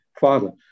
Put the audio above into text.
father